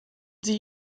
sie